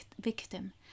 victim